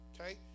Okay